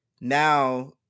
Now